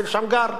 אצל שמגר,